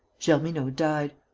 germineaux died.